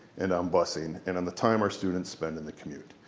and on busing, and on the time our students spend in the commute.